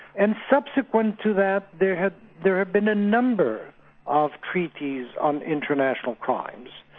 and subsequent to that there have there have been a number of treaties on international crimes.